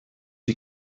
you